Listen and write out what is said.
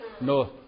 No